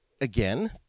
again